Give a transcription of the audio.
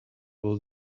will